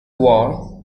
war